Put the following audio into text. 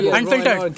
Unfiltered